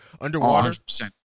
underwater